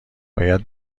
باید